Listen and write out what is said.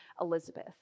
Elizabeth